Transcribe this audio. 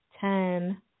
ten